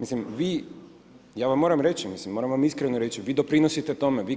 Mislim, ja vam moram reći, moram vam iskreno reći, vi doprinosite tome, vi